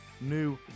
new